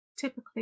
typically